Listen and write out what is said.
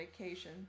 vacation